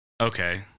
Okay